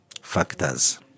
factors